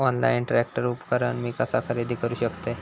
Online tractor उपकरण मी कसा खरेदी करू शकतय?